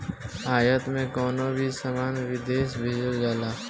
आयात में कवनो भी सामान विदेश भेजल जाला